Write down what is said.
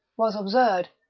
was absurd.